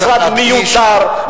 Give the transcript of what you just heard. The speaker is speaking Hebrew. משרד מיותר,